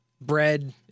bread